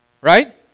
Right